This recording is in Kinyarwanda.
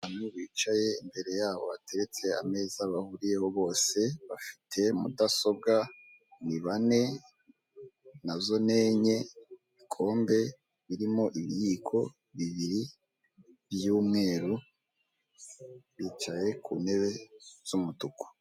Abantu bicaye imbere yaho bateretse ameza bahuriyeho bose, bafite mudasobwa ni bane na zo ni enye, ibikombe birimo ibiyiko bibiri by'umweru bicaye ku ntebe z'umutuku.